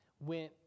went